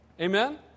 Amen